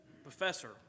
Professor